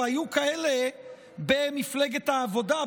והיו כאלה במפלגת העבודה,